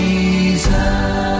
Jesus